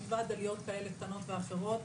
מלבד עליות כאלה קטנות ואחרות.